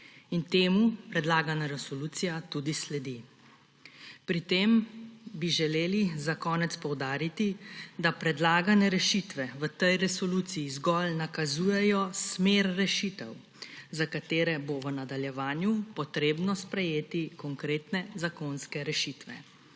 In temu predlagana resolucija tudi sledi. Pri tem bi želeli za konec poudariti, da predlagane rešitve v tej resoluciji zgolj nakazujejo smer rešitev, za katere bo v nadaljevanju preba sprejeti konkretne zakonske rešitve.